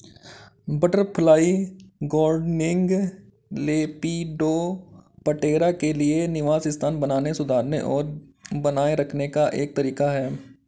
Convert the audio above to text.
butterfly gardening, lepidoptera के लिए निवास स्थान बनाने, सुधारने और बनाए रखने का एक तरीका है